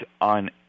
on